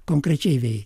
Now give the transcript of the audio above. konkrečiai veikia